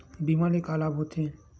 बीमा ले का लाभ होथे?